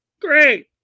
Great